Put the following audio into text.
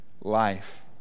life